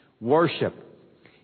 Worship